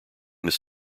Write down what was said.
this